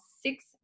six